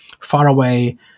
faraway